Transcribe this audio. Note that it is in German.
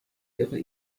ihre